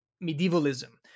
medievalism